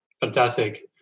Fantastic